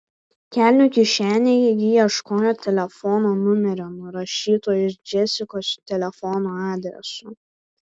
kelnių kišenėje ji ieškojo telefono numerio nurašyto iš džesikos telefono adresų